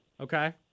Okay